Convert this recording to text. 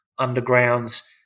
undergrounds